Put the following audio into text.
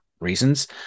reasons